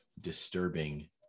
disturbing